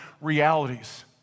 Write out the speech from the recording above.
realities